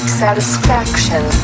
satisfaction